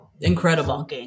Incredible